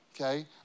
okay